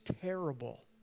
terrible